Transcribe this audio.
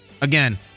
again